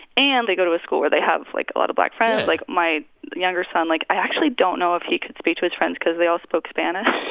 and they go to a school where they have, like, a lot of black friends. like, my younger son, like i actually don't know if he could speak to his friends because they all spoke spanish